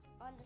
On